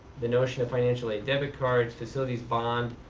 the notion of financial aid debit cards. facilities bond.